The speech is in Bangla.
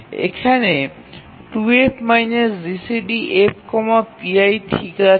এখানে 2F GCDF pi ঠিক আছে